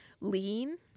lean